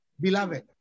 beloved